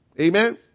Amen